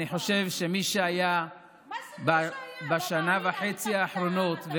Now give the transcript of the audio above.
אני חושב שמי שהיה בשנה וחצי האחרונות,